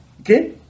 Okay